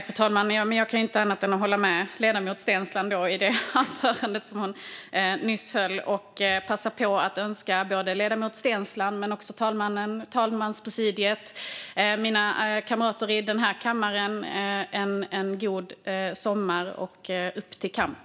Fru talman! Jag kan inte annat än hålla med om det anförande som ledamoten Steensland nyss höll. Jag vill också passa på att önska både ledamoten Steensland och talmannen, talmanspresidiet och mina kamrater i kammaren en god sommar. Upp till kamp!